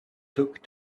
took